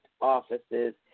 offices